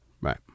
Right